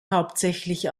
hauptsächlich